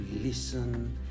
listen